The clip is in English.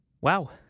Wow